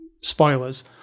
Spoilers